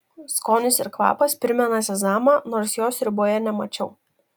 skonis ir kvapas primena sezamą nors jo sriuboje nemačiau